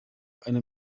eine